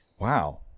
Wow